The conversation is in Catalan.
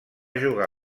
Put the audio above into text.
jugar